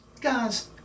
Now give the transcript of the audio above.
guys